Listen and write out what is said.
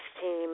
team